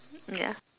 ya